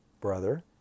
brother